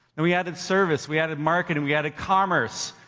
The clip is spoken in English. and we added service. we added marketing. we added commerce.